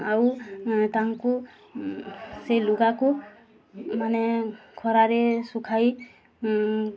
ଆଉ ତାଙ୍କୁ ସେ ଲୁଗାକୁ ମାନେ ଖରାରେ ଶୁଖାଇ